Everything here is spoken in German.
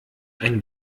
ein